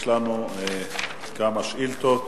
יש לנו כמה שאילתות.